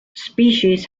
species